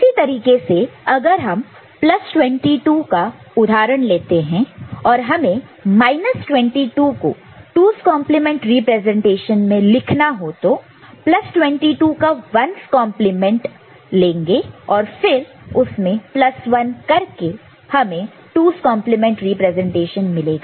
उसी तरीके से अगर हम 22 का उदाहरण लेते हैं और हमें 22 को 2's complement representation 2's complement representation लिखना हो तो 22 का 1's कंप्लीमेंट 1's complement लेंगे और फिर उसमें प्लस 1 करके हमें 2's complement representation 2's complement representation मिलेगा